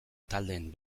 taldeen